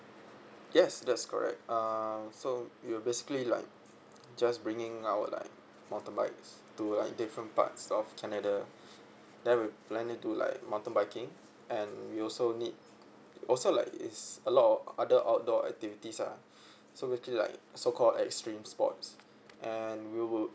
yes that's correct uh so we'll basically like just bringing our like mountain bikes to like different parts of canada then we plan to do like mountain biking and we also need also like it's a lot of other outdoor activities ah so actually like so called extreme sports and we will